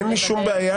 אין לי שום בעיה.